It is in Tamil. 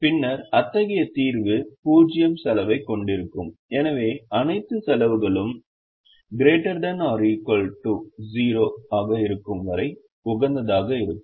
பின்னர் அத்தகைய தீர்வு 0 செலவைக் கொண்டிருக்கும் எனவே அனைத்து செலவுகளும் ≥ 0 ஆக இருக்கும் வரை உகந்ததாக இருக்கும்